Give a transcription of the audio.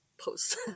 post